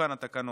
שתוקן התקנון.